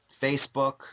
Facebook